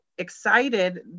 excited